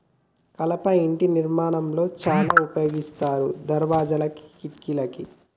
కలప ఇంటి నిర్మాణం లో చాల ఉపయోగిస్తారు దర్వాజాలు, కిటికలకి